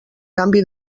canvi